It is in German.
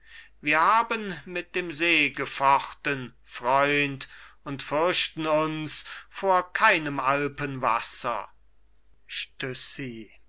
wir haben mit dem see gefochten freund und fürchten uns vor keinem alpenwasser